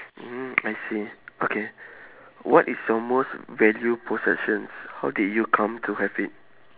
mm I see okay what is your most value possessions how did you come to have it